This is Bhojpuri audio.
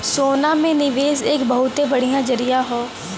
सोना में निवेस एक बहुते बढ़िया जरीया हौ